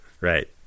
Right